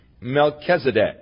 Melchizedek